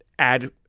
add